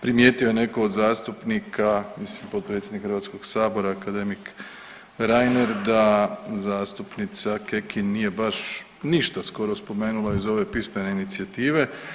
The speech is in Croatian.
Primijetio je netko od zastupnika, mislim potpredsjednik Hrvatskog sabora akademik Reiner da zastupnica Kekin nije baš ništa skoro spomenula iz ove pismene inicijative.